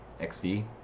XD